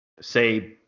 say